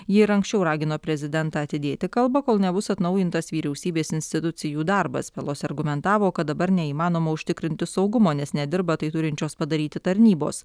ji ir anksčiau ragino prezidentą atidėti kalbą kol nebus atnaujintas vyriausybės institucijų darbas pelosi argumentavo kad dabar neįmanoma užtikrinti saugumo nes nedirba tai turinčios padaryti tarnybos